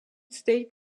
states